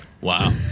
Wow